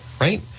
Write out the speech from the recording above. right